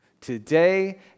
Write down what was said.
today